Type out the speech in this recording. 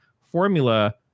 formula